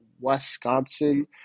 Wisconsin